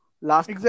Last